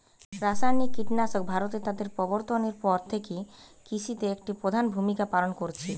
রাসায়নিক কীটনাশক ভারতে তাদের প্রবর্তনের পর থেকে কৃষিতে একটি প্রধান ভূমিকা পালন করেছে